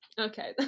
Okay